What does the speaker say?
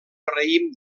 raïm